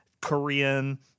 Korean